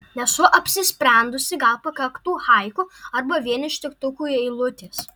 nesu apsisprendusi gal pakaktų haiku arba vien ištiktukų eilutės